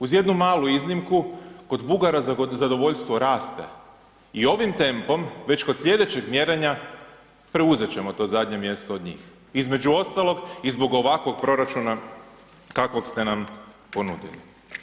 Uz jednu malu iznimku kod Bugara zadovoljstvo raste i ovim tempom već kod sljedećeg mjerenja preuzeti ćemo to zadnje mjesto od njih između ostalog i zbog ovakvog proračuna kakvog ste nam ponudili.